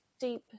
deep